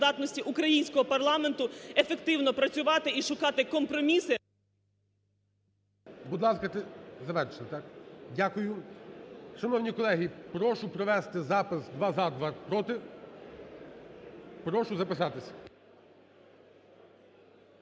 українського парламенту ефективно працювати і шукати компроміси… ГОЛОВУЮЧИЙ. Будь ласка… Завершили, так? Дякую. Шановні колеги, прошу провести запис: два – за, два – проти. Прошу записатись.